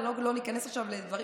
לא ניכנס עכשיו לדברים,